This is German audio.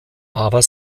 aber